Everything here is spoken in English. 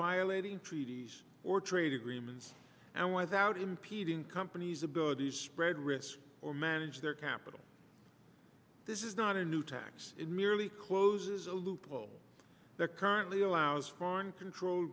violating treaties or trade agreements and without impeding company's ability to spread risk or manage their capital this is not a new tax it merely closes a loophole that currently allows foreign control